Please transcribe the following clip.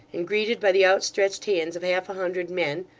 and greeted by the outstretched hands of half a hundred men,